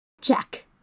Jack